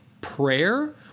prayer